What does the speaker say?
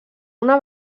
una